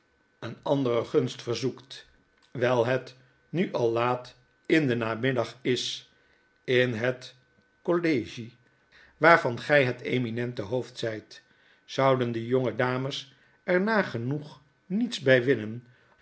een vacantiedag ofeeneanderegunst verzoekt wyi het nu al laat in den namiddag is in het collegie waarvan gy het eminente hoofd zyt zouden de jonge dames er nagenoeg niets by winnen